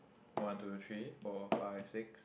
one two three four five six